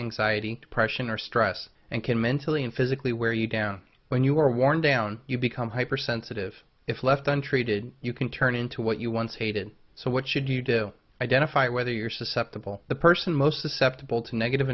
anxiety depression or stress and can mentally and physically wear you down when you are worn down you become hyper sensitive if left untreated you can turn into what you once hated so what should you do identify whether you're susceptible the person most susceptible to negative